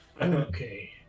Okay